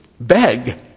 Beg